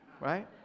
right